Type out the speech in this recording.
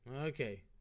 Okay